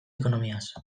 ekonomiaz